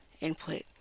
input